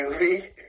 movie